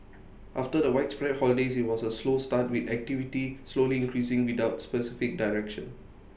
after the widespread holidays IT was A slow start with activity slowly increasing without specific direction